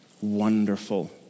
wonderful